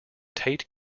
tate